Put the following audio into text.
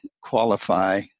qualify